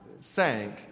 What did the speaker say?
sank